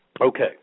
Okay